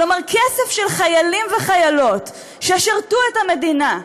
כלומר כסף של חיילים וחיילות ששירתו את המדינה,